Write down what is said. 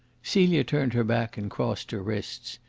celia turned her back and crossed her wrists.